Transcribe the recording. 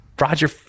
Roger